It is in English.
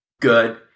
good